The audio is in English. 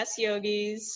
YesYogis